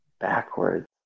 Backwards